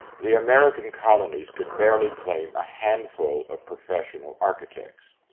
the american colonies could barely claim a handful of professional architects.